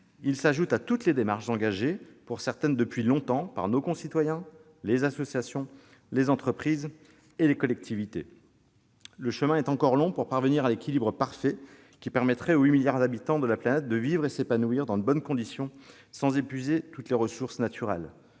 Il se conjugue à toutes les démarches engagées, pour certaines depuis longtemps, par nos concitoyens, les associations, les entreprises et les collectivités. Le chemin est encore long pour parvenir à l'équilibre parfait qui permettrait aux 8 milliards d'habitants de la planète de vivre et de s'épanouir dans de bonnes conditions sans épuiser les ressources naturelles.